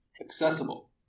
accessible